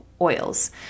oils